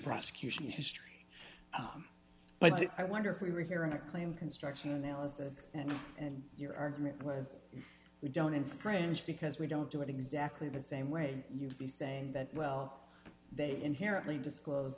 prosecution history but i wonder if we were hearing a claim construction analysis and your argument was we don't infringe because we don't do it exactly the same way you'd be saying that well they inherently disclose